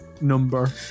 number